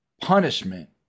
Punishment